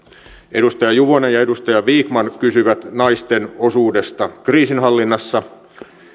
edustaja juvonen ja edustaja vikman kysyivät naisten osuudesta kriisinhallinnassa